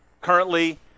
currently